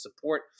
support